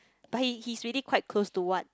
but he he's really close to what